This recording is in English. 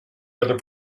other